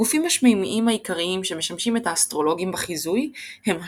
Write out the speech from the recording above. הגופים השמימיים העיקריים שמשמשים את האסטרולוגים בחיזוי הם השמש,